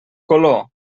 color